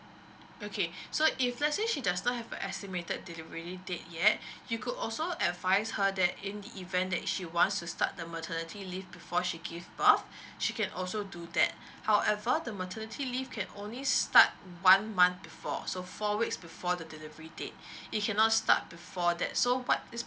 okay so if let's say she does not have an estimated delivery date yet you could also advise her that in the event that she wants to start the maternity leave before she give birth she can also do that however the maternity leave can only start one month before so four weeks before the delivery date it cannot start before that so what this